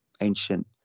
ancient